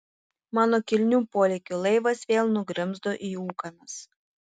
mano kilnių polėkių laivas vėl nugrimzdo į ūkanas